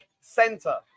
center